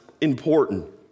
important